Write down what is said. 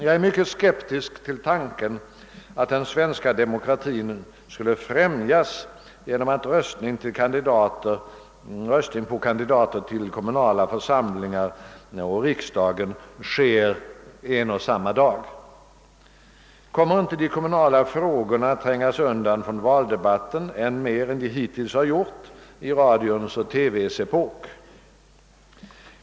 Jag är mycket skeptisk till tanken att den svenska demokratin skulle främjas genom att röstning på kandidater till kommunala församlingar och tili riksdagen sker på en och samma dag. Kommer inte de kommunala frågorna att trängas undan från valdebatten än mer än de hittills har gjort i radions och televisionens epok?